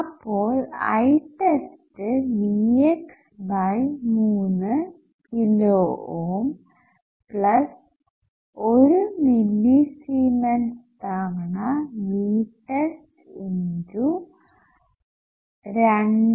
അപ്പോൾ I test Vx3 kilo ohm 1 millisiemens തവണ Vtest23